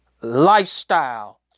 lifestyle